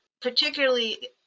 particularly